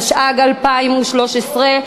התשע"ג 2013,